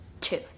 Two